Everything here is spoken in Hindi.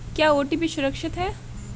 क्या ओ.टी.पी सुरक्षित है?